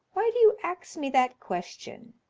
why do you ax me that question?